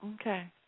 Okay